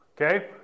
Okay